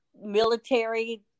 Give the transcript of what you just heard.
military